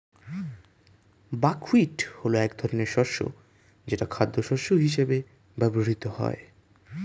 buckwheat হলো এক ধরনের শস্য যেটা খাদ্যশস্য হিসেবে ব্যবহৃত হয়